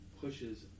pushes